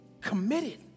committed